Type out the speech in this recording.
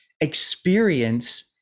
experience